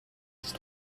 ist